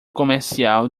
comercial